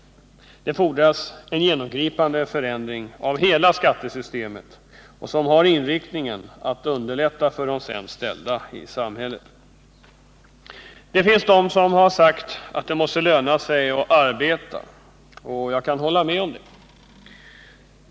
Det fordras en genomgripande förändring av hela skattesystemet, inriktad på att underlätta för de sämst ställda i samhället. Det finns de som har sagt att det måste löna sig att arbeta, och jag kan hålla med om det.